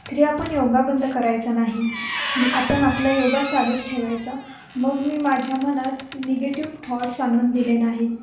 तरी आपण योगा बंद करायचा नाही मी आपण आपला योगा चालूच ठेवायचा मग मी माझ्या मनात निगेटिव्ह थॉट्स आणून दिले नाहीत